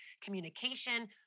communication